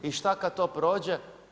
I šta kad to prođe?